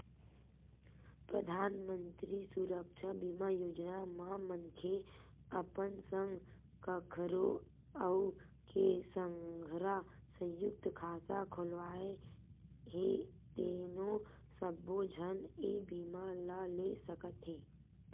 परधानमंतरी सुरक्छा बीमा योजना म मनखे अपन संग कखरो अउ के संघरा संयुक्त खाता खोलवाए हे तेनो सब्बो झन ए बीमा ल ले सकत हे